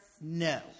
No